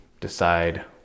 decide